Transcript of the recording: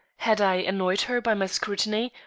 had i annoyed her by my scrutiny,